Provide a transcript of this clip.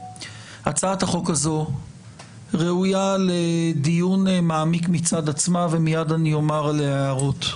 הצעת החוק הזו ראויה לדיון מעמיק מצד עצמה ומייד אני אומר עליה הערות,